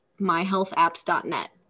MyHealthApps.net